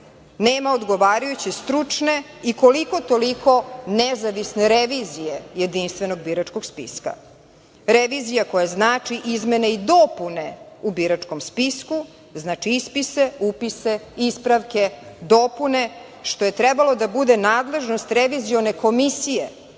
nema odgovarajuće stručne i koliko-toliko nezavisne revizije Jedinstvenog biračkog spiska. Revizija koja znači izmene i dopune u biračkom spisku, znači ispise, upise, ispravke, dopune, što je trebalo da bude nadležnost revizione komisije